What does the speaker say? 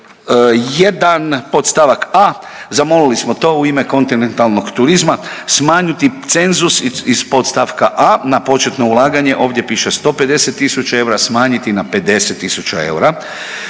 st. 1. podst. a, zamolili smo to u ime kontinentalnog turizma, smanjiti cenzus iz podst. a, na početno ulaganje, ovdje piše 150 tisuća eura smanjiti na 50 tisuća